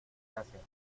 gracias